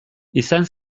izan